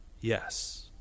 Yes